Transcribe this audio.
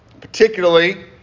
Particularly